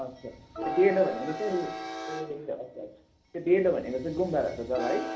अच्छा डेलो भनेको चाहिँ ए अच्छा अच्छा त्यो डेलो भनेको चाहिँ गुम्बा भएको जगा है